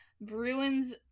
Bruins